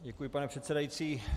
Děkuji, pane předsedající.